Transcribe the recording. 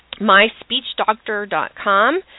myspeechdoctor.com